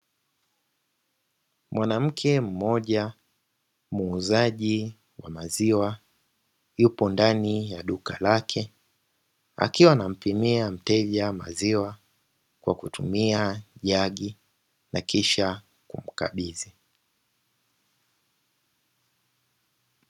Mwanamke mmoja muuzaji wa maziwa yupo ndani ya duka lake, akiwa anampimia mteja maziwa kwa kutumia jagi na kisha kumkabidhi.